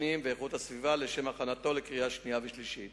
הפנים והגנת הסביבה לשם הכנתו לקריאה השנייה והקריאה השלישית.